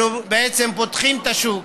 אנחנו בעצם פותחים את השוק,